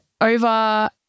over